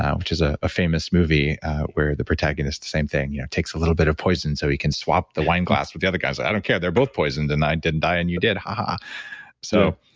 which is ah a famous movie where the protagonist, the same thing, you know takes a little bit of poison so he can swap the wineglass with the other guy's, i don't care. they're both poisoned, and i didn't die and you did. ha ha. so